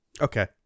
Okay